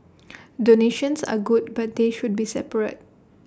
donations are good but they should be separate